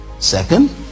Second